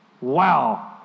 Wow